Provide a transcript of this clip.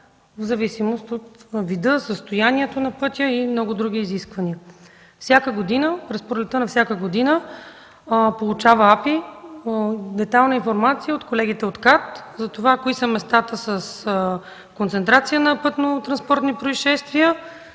в зависимост от вида, състоянието на пътя и много други изисквания. Всяка година през пролетта АПИ получава детайлна информация от колегите от КАТ кои са местата с концентрация на пътнотранспортни произшествия